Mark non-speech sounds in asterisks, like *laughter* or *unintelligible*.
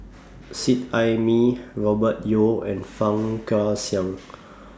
Seet Ai Mee Robert Yeo and Fang *unintelligible*